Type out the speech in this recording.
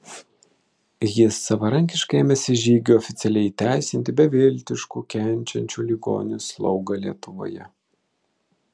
jis savarankiškai ėmėsi žygių oficialiai įteisinti beviltiškų kenčiančių ligonių slaugą lietuvoje